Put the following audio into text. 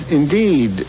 indeed